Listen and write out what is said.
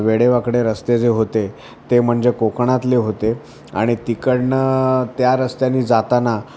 वेडेवाकडे रस्ते जे होते ते म्हणजे कोकणातले होते आणि तिकडून त्या रस्त्यानी जाताना